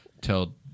tell